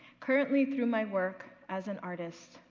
currently through my work as an artist,